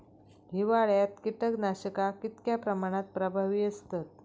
हिवाळ्यात कीटकनाशका कीतक्या प्रमाणात प्रभावी असतत?